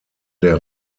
der